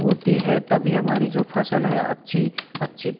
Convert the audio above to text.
होती है तभी हमारी जो फसल है अच्छी अच्छी